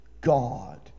God